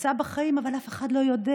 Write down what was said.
יצא בחיים, אבל אף אחד לא יודע